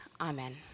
amen